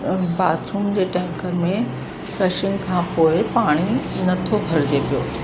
bathroom जे tank में flushing खां पोएं पाणी नथो भरिजे पियो